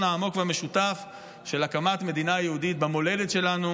העמוק והמשותף של הקמת מדינה יהודית במולדת שלנו,